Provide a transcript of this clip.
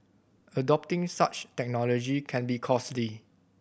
adopting such technology can be costly